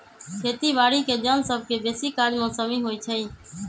खेती बाड़ीके जन सभके बेशी काज मौसमी होइ छइ